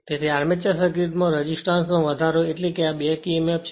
તેથી આર્મેચર સર્કિટમાં રેઝિસ્ટર વધારો એટલે કે આ બેક Emf છે